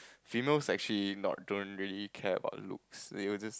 females actually not don't really care about looks they will just